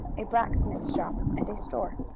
a blacksmith's shop and a store.